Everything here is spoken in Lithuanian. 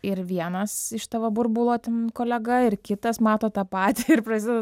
ir vienas iš tavo burbulo ten kolega ir kitas mato tą patį ir prasideda